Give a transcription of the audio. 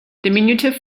diminutive